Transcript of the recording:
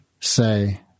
Say